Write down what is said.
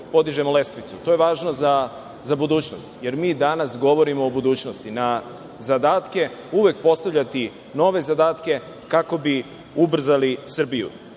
podižemo lestvicu. To je važno za budućnost, jer mi danas govorimo o budućnosti. Na zadatke uvek postavljati nove zadatke kako bi ubrzali Srbiju,